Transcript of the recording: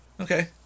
Okay